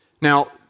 Now